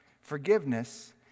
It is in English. Forgiveness